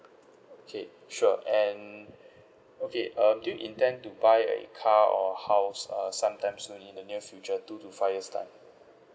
okay sure and okay um do you intend to buy a car or house err sometime soon in the near future two to five years' time